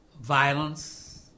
violence